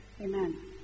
Amen